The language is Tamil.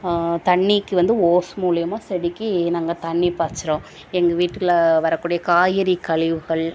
தண்ணிக்கு வந்து ஓஸ் மூலிமா செடிக்கு நாங்கள் தண்ணி பாய்ச்சுறோம் எங்கள் வீட்டில் வரக்கூடிய காய்கறிக் கழிவுகள்